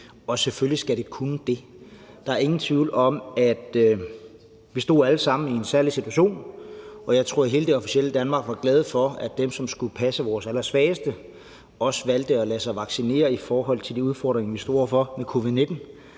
Og selvfølgelig skal de kunne det. Der er ingen tvivl om, at vi alle sammen stod i en særlig situation, og jeg tror, at hele det officielle Danmark var glade for, at dem, som skulle passe vores allersvageste, også valgte at lade sig vaccinere i forhold til de udfordringer, vi stod over for, med covid-19.